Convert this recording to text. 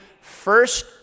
First